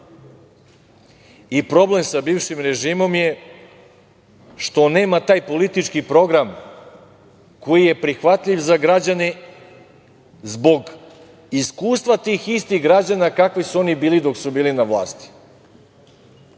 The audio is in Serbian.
mržnja. Problem sa bivšim režimom je što nema taj politički program koji je prihvatljiv za građane zbog iskustva tih istih građana kakvi su oni bili dok su bili na vlasti.